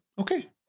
okay